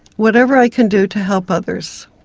whatever i can do to help others.